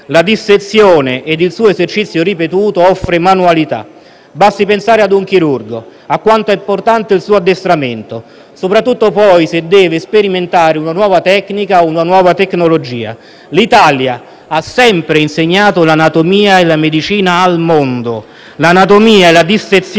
La dissezione ed il suo esercizio ripetuto offrono manualità. Basti pensare ad un chirurgo, a quanto è importante il suo addestramento, soprattutto poi se deve sperimentare una nuova tecnica o una nuova tecnologia. L'Italia ha sempre insegnato l'anatomia e la medicina al mondo. L'anatomia e la dissezione,